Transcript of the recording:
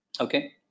Okay